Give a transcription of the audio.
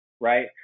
right